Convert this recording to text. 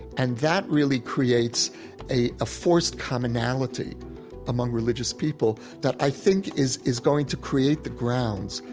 and that really creates a ah forced commonality among religious people that i think is is going to create the grounds,